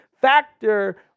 Factor